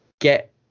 get